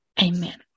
Amen